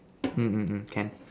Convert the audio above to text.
mm mm mm can